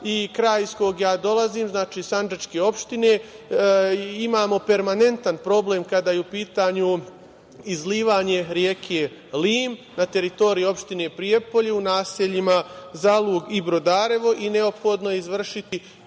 Kraj iz kog ja dolazim, sandžačke opštine, imamo permanentan problem kada je u pitanju izlivanje reke Lim na teritorije opštine Prijepolje u naseljima Zalug i Brodarevo i neophodno je izvršiti